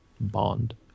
bond